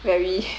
very